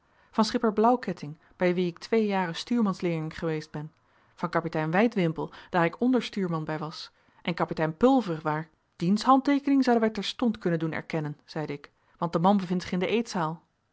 van schipper blauwketting bij wien ik twee jaren stuurmansleerling geweest ben van kapitein wijdwimpel daar ik onderstuurman bij was van kapitein pulver waar diens handteekening zouden wij terstond kunnen doen erkennen zeide ik want de man bevindt zich in de eetzaal